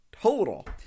total